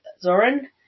Zoran